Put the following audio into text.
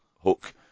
Hook